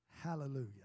Hallelujah